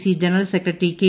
C general secretary K